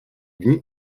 dni